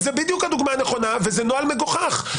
זה בדיוק הדוגמה הנכונה וזה נוהל מגוחך.